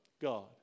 God